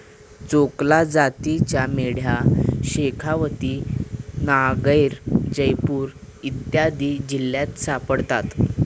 चोकला जातीच्या मेंढ्या शेखावती, नागैर, जयपूर इत्यादी जिल्ह्यांत सापडतात